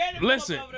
Listen